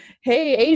hey